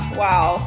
wow